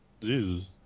Jesus